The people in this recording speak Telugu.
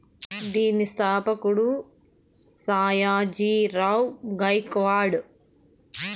దీని స్థాపకుడు సాయాజీ రావ్ గైక్వాడ్